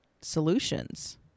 solutions